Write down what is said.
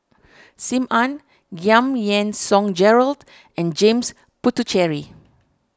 Sim Ann Giam Yean Song Gerald and James Puthucheary